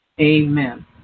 Amen